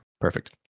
Perfect